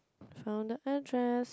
from the address